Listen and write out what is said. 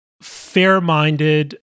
fair-minded